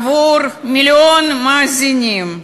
עבור מיליון מאזינים.